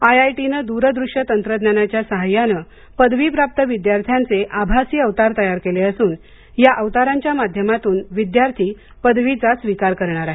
आयआयटीनं द्र दृश्य तंत्रज्ञानाच्या साह्यानं पदवीप्राप्त विद्यार्थ्यांचे आभासी अवतार तयार केले असून या अवतारांच्या माध्यमातून विद्यार्थी पदवीचा स्वीकार करणार आहेत